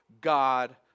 God